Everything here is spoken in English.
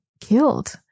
killed